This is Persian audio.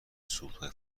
سوختهای